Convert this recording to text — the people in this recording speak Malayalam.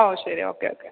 ഓ ശരി ഓക്കെ ഓക്കെ